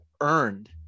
earned